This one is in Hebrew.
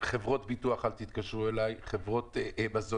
חברות ביטוח,